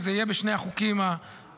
וזה יהיה בשני החוקים הבאים,